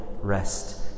rest